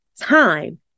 time